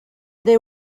they